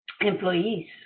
employees